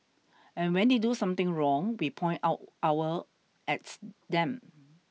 and when they do something wrong we point out our at them